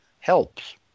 Helps